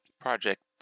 project